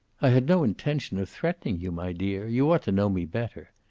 i had no intention of threatening you, my dear. you ought to know me better.